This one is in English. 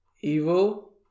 evil